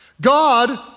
God